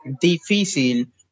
difícil